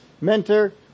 mentor